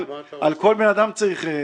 על כל בן אדם צריך.